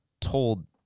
told